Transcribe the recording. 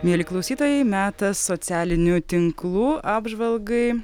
mieli klausytojai metas socialinių tinklų apžvalgai